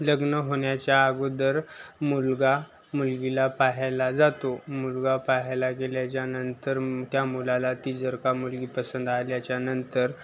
लग्न होण्याच्या अगोदर मुलगा मुलगीला पाहायला जातो मुलगा पाहायला गेल्याच्यानंतर त्या मुलाला ती जर का मुलगी पसंत आल्याच्यानंतर